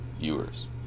viewers